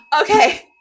Okay